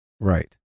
Right